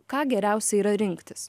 ką geriausia yra rinktis